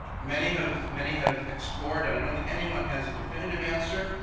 many have many have explored, and i don't think anyone has a definitive answer.